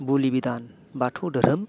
बोलि बिदान बाथौ दोहोरोम